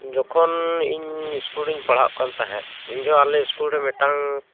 ᱡᱚᱠᱷᱚᱱ ᱤᱧ ᱥᱠᱩᱞ ᱨᱤᱧ ᱯᱟᱲᱦᱟᱜ ᱠᱟᱱ ᱛᱟᱦᱮᱸᱫ ᱩᱱ ᱡᱚᱠᱷᱚᱱ ᱟᱞᱮ ᱥᱠᱩᱞ ᱨᱮ ᱢᱤᱫᱴᱟᱝ